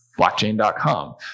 Blockchain.com